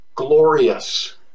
glorious